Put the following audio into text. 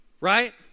Right